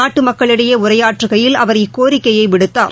நாட்டுமக்களிடையேஉரையாற்றுகையில் அவர் இக்கோரிக்கையைவிடுத்தார்